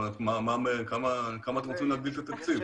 בכמה אתם רוצים להגדיל את התקציב?